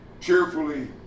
cheerfully